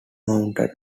mounted